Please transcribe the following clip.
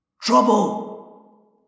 Trouble